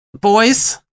boys